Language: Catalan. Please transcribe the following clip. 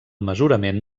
mesurament